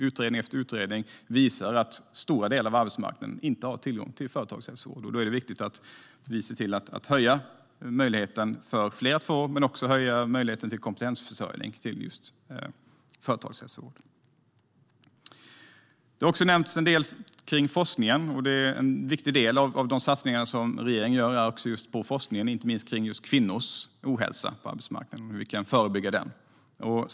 Utredning efter utredning visar att det på stora delar av arbetsmarknaden inte finns tillgång till företagshälsovård. Därför är det viktigt för oss att se till att göra det möjligt för fler att få tillgång till företagshälsovård och satsa på kompetensförsörjning inom företagshälsovården. Det har också nämnts en hel del om forskning. En viktig del av de satsningar som regeringen gör gäller just forskning, inte minst om hur kvinnors ohälsa på arbetsmarknaden kan förebyggas.